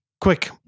Quick